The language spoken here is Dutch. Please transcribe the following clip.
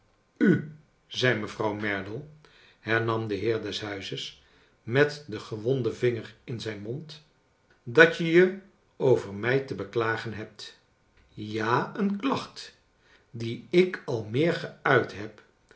u zei mevrouw merdle hernam de heer des hnizes met den gewonden vinger in zijn mond dat je je over mij te beklagen hebt ja een klacht die ik al meer geuit heb